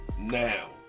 now